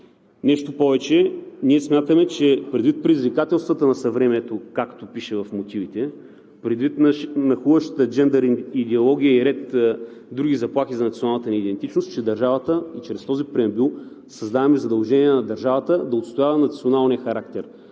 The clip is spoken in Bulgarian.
Нещо повече! Ние смятаме, че предвид предизвикателствата на съвремието, както пише в мотивите, предвид нахлуващите джендър идеология и ред други заплахи за националната ни идентичност, че държавата, и чрез този преамбюл, създаваме задължение на държавата да отстоява националния характер